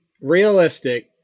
realistic